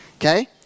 Okay